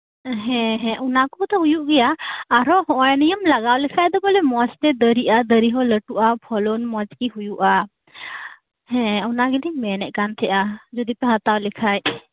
ᱦᱮᱸ ᱦᱮᱸ ᱚᱱᱟᱠᱩ ᱫᱚ ᱦᱩᱭᱩᱜ ᱜᱮᱭᱟ ᱟᱨᱦᱚᱸ ᱱᱚᱜᱚᱸᱭ ᱱᱤᱭᱟᱹᱢ ᱞᱟᱜᱟᱣ ᱞᱮᱠᱷᱟᱡ ᱫᱚ ᱵᱚᱞᱮ ᱢᱚᱡᱛᱮ ᱫᱟᱨᱤᱜᱼᱟ ᱫᱟᱨᱤ ᱦᱚᱸ ᱞᱟᱹᱴᱩᱜᱼᱟ ᱯᱷᱚᱞᱚᱱ ᱢᱚᱡᱜᱤ ᱦᱩᱭᱩᱜᱼᱟ ᱦᱮᱸ ᱚᱱᱟ ᱜᱮᱞᱤᱧ ᱢᱮᱱᱮᱫ ᱠᱟᱱᱛᱟᱦᱮᱸᱫᱼᱟ ᱡᱚᱫᱤᱯᱮ ᱦᱟᱛᱟᱣ ᱞᱮᱠᱷᱟᱡ